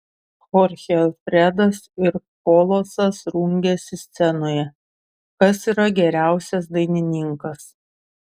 chorchė alfredas ir kolosas rungiasi scenoje kas yra geriausias dainininkas